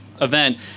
event